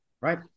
Right